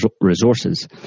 resources